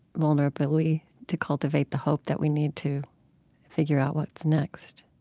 vulnerably, to cultivate the hope that we need to figure out what's next